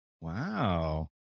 wow